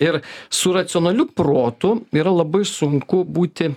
ir su racionaliu protu yra labai sunku būti